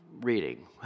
reading